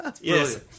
Yes